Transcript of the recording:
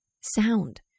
Sound